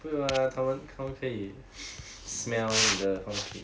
不用啊他们他们可以 smell 你的放屁